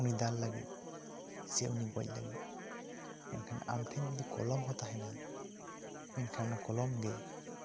ᱫᱟᱞ ᱞᱟᱹᱜᱤᱫ ᱥᱮ ᱩᱱᱤ ᱜᱚᱡ ᱞᱟᱹᱜᱤᱫ ᱢᱮᱱᱠᱷᱟᱱ ᱟᱢ ᱴᱷᱮᱱ ᱡᱚᱫᱤ ᱠᱚᱞᱚᱢ ᱦᱚᱸ ᱛᱟᱦᱮᱱᱟ ᱢᱮᱱᱠᱷᱟᱱ ᱚᱱᱟ ᱠᱚᱞᱚᱢ ᱜᱮ